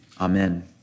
Amen